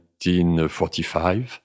1945